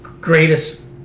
greatest